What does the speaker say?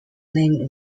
named